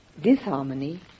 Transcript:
disharmony